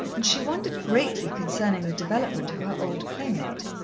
and she wondered greatly concerning the development of her old playmate.